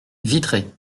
vitré